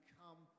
come